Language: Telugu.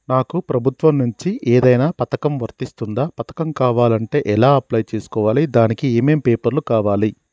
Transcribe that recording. నాకు ప్రభుత్వం నుంచి ఏదైనా పథకం వర్తిస్తుందా? పథకం కావాలంటే ఎలా అప్లై చేసుకోవాలి? దానికి ఏమేం పేపర్లు కావాలి?